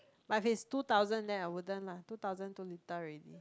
my face two thousand there I wouldn't lah two thousand two little already